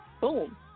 Boom